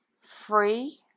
free